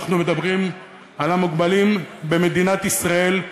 אנחנו מדברים על המוגבלים במדינת ישראל,